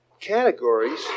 categories